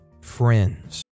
friends